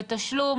בתשלום,